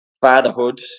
Fatherhood